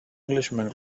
englishman